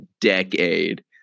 decade